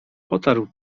potarł